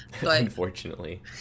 Unfortunately